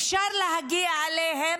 אפשר להגיע אליהם,